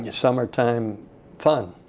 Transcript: yeah summertime fun.